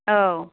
औ